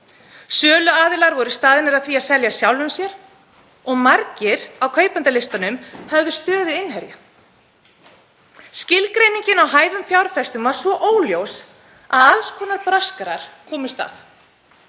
Söluaðilar voru staðnir að því að selja sjálfum sér og margir á kaupendalistanum höfðu stöðu innherja. Skilgreiningin á hæfum fjárfestum var svo óljós að alls konar braskarar komust að.